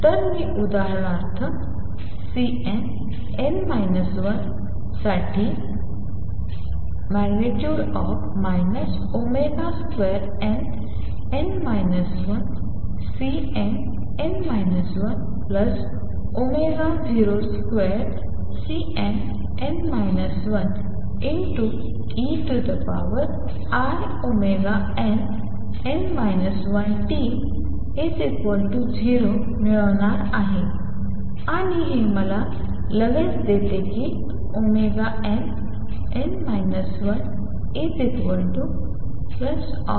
तर मी उदाहरणार्थ Cnn 1 साठी nn 12Cnn 102Cnn 1einn 1t0 मिळवणार आहे आणि हे मला लगेच देते की nn 1±0